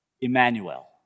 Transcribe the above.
Emmanuel